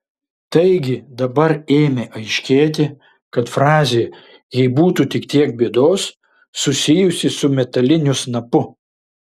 taigi dabar ėmė aiškėti kad frazė jei būtų tik tiek bėdos susijusi su metaliniu snapu